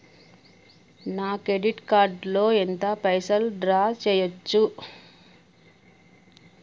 నా credit card లో ఎంత పైసల్ డ్రా చేయచ్చు?